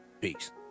Peace